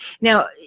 now